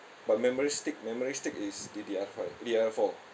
but memory stick memory stick is D_D_R five D_D_R four